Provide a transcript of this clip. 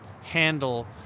handle